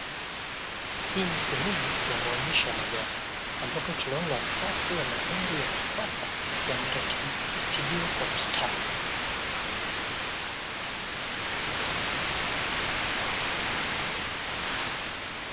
Hii ni sehemu ya maonyesho ya magari, ambapo tunaona safu ya magari ya kisasa, yamerati, ratibiwa kwa mstari.